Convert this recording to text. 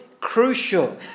crucial